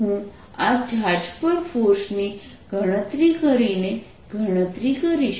હું આ ચાર્જ પર ફોર્સ ની ગણતરી કરીને ગણતરી કરીશ